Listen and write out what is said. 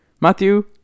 Matthew